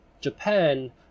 Japan